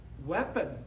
weapon